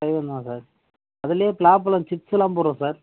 அது வேணுமா சார் அதுலேயே பலாப்பழம் சிப்ஸ்லாம் போடுகிறோம் சார்